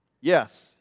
Yes